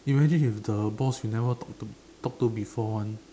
imagine he's the boss you never talk to talk to before [one]